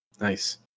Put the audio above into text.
Nice